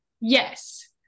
yes